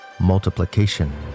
multiplication